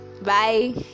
bye